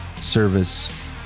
service